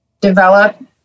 develop